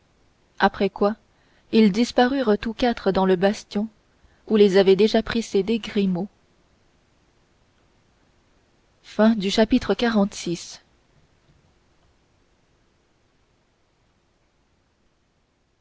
après quoi ils disparurent tous quatre dans le bastion où les avait déjà précédés grimaud chapitre